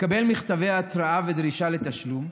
מקבל מכתבי התראה ודרישה לתשלום,